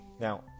Now